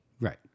Right